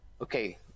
Okay